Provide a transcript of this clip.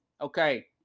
okay